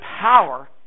power